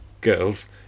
girls